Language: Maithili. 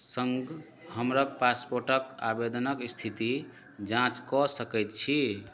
संग हमरक पासपोर्टक आवेदनक इस्थितिक जाँच कऽ सकैत छी